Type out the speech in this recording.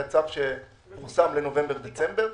היה צו שפורסם לנובמבר-דצמבר,